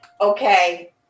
okay